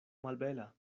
malbela